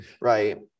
right